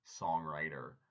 songwriter